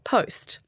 Post